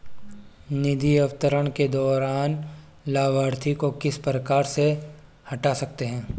निधि अंतरण के दौरान लाभार्थी को किस प्रकार से हटा सकते हैं?